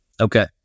Okay